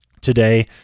today